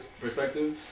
perspective